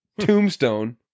Tombstone